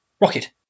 rocket